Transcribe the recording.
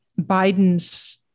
Bidens